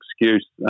excuse